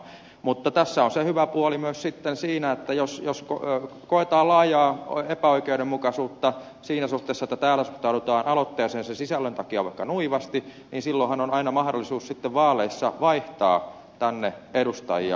mutta tässä on se hyvä puoli myös sitten siinä että jos koetaan laajaa epäoikeudenmukaisuutta siinä suhteessa että täällä suhtaudutaan aloitteeseen sen sisällön takia vaikka nuivasti niin silloinhan on aina sitten mahdollisuus vaaleissa vaihtaa tänne edustajia